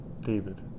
David